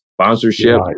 sponsorship